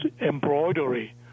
embroidery